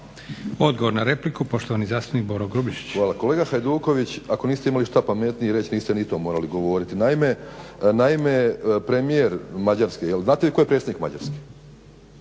Odgovor na repliku, poštovani zastupnik Boro Grubišić. **Grubišić, Boro (HDSSB)** Hvala. Kolega Hajduković ako niste imali šta pametnije reći, niste ni to morali govoriti. Naime, premijer Mađarske, jel znate vi tko je predsjednik Mađarske,